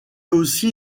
aussi